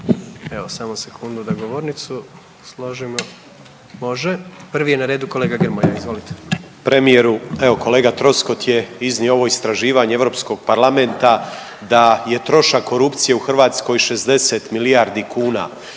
Evo samo sekundu da govornicu složimo. Može, prvi je na redu kolega Grmoja, izvolite. **Grmoja, Nikola (MOST)** Premijeru, evo kolega Troskot je iznio ovo istraživanje Europskog parlament da je trošak korupcije u Hrvatskoj 60 milijardi kuna,